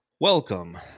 Welcome